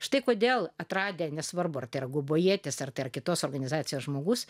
štai kodėl atradę nesvarbu ar tai yra gubojietis ar tai ar kitos organizacijos žmogus